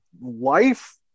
life